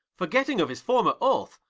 forgetting of his former oath,